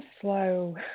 slow